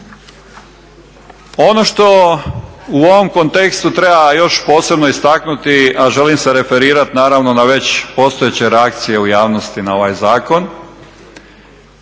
Ono što u ovom kontekstu treba još posebno istaknuti, a želim se referirati naravno na već postojeće reakcije u javnosti na ovaj zakon,